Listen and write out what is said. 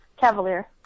Cavalier